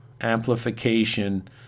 amplification